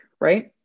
right